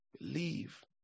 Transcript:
Believe